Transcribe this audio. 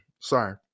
sorry